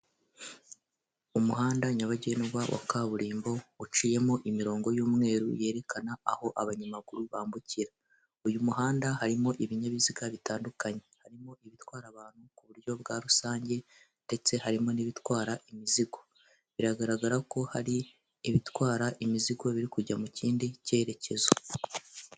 Umuhanda nyabagendwa wa kaburimbo, uciyemo imirongo y'umweru yerekana aho abanyamaguru bambukira, uyu muhanda harimo ibinyabiziga bitandukanye, harimo ibitwara abantu ku buryo bwa rusange ndetse harimo n'ibitwara imizigo, biragaragara ko hari ibitwara imizigo biri kujya mu kindi cyerekezo.